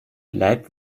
bleib